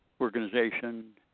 organization